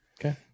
Okay